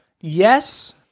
Yes